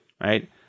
right